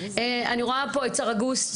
אני רואה פה את סרגוסטי,